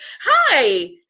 Hi